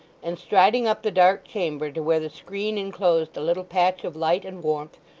and, striding up the dark chamber to where the screen inclosed a little patch of light and warmth,